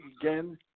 again